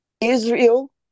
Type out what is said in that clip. Israel